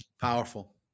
Powerful